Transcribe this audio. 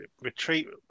Retreat